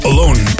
Alone